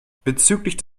bezüglich